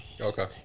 Okay